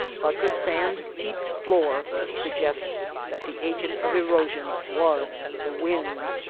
but the sand heaped floor suggests that the agent of erosion was the wind.